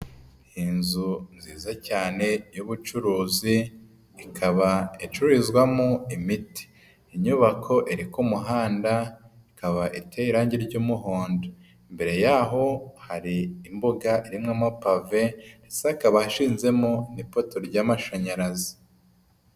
Inzu nziza cyane y'ubucuruzi ikaba icurizwamo imiti. Inyubako iri ku muhanda, ikaba iteye irangi ry'umuhondo. Imbere yaho hari imbuga irimo amapave ndetse hakaba hashinzemo n'ipoto ry'amashanyarazi.